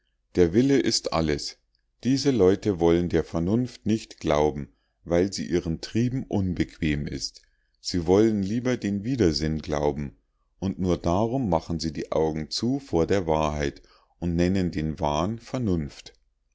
der wille ist alles diese leute wollen der vernunft nicht glauben weil sie ihren trieben unbequem ist sie wollen lieber den widersinn glauben und nur darum machen sie die augen zu vor der wahrheit und nennen den wahn vernunft